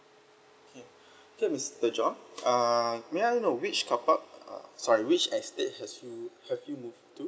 K K mister john uh may I know which carpark uh sorry which estate has you have you moved to